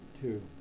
Two